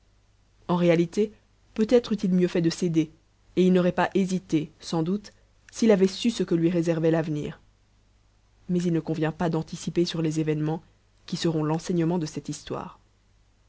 en réalité peut-être eût-il mieux fait de céder et il n'aurait pas hésité sans doute s'il avait su ce que lui réservait l'avenir mais il ne convient pas d'anticiper sur les événements qui seront l'enseignement de cette histoire